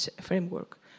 framework